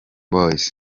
boyz